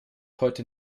heute